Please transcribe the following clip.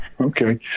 Okay